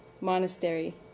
monastery